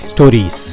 Stories